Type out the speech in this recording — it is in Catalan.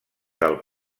del